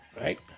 Right